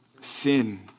Sin